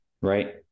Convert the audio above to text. right